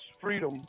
freedom